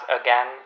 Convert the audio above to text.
again